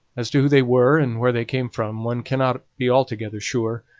as to who they were, and where they came from, one cannot be altogether sure.